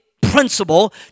principle